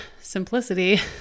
Simplicity